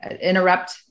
interrupt